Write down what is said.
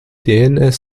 dns